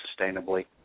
sustainably